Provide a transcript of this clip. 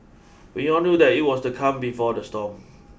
we all knew that it was the calm before the storm